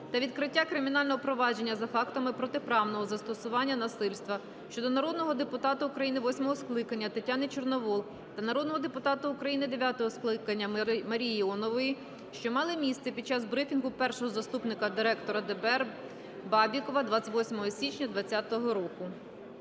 та відкриття кримінального провадження за фактами протиправного застосування насильства щодо народного депутата України VIII скликання Тетяни Чорновол та народного депутата України ІХ скликання Марії Іонової, що мали місце під час брифінгу першого заступника директора ДБР Бабікова 28 січня 2020 року.